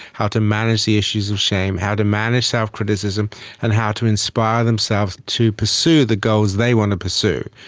how to manage the issues of shame, how to manage self-criticism and how to inspire themselves to pursue the goals they want to pursue,